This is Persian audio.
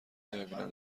نمیبینم